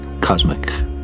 cosmic